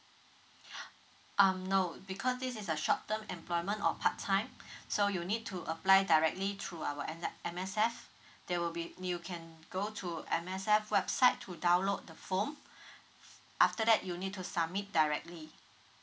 um no because this is a short term employment or part time so you need to apply directly through our end M_S_F there will be you can go to M_S_F website to download the form after that you need to submit directly